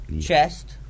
Chest